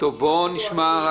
בואו נשמע.